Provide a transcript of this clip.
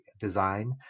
design